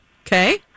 Okay